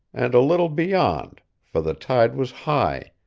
and a little beyond, for the tide was high,